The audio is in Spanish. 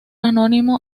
anónimo